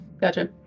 Gotcha